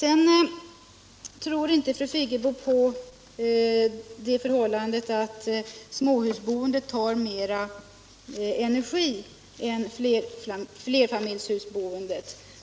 Fru Friggebo tror inte på detta att småhusboendet tar mera energi än flerfamiljshusboendet.